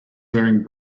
wearing